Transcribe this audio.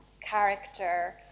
character